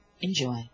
Enjoy